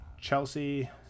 Chelsea